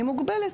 היא מוגבלת,